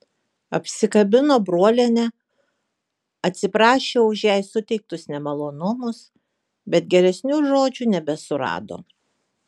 apsikabino brolienę atsiprašė už jai suteiktus nemalonumus bet geresnių žodžių nebesurado